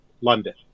London